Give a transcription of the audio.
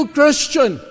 Christian